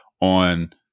on